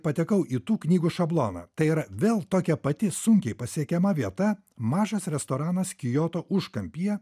patekau į tų knygų šabloną tai yra vėl tokia pati sunkiai pasiekiama vieta mažas restoranas kioto užkampyje